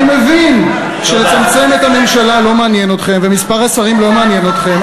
אני מבין שלצמצם את הממשלה לא מעניין אתכם ומספר השרים לא מעניין אתכם.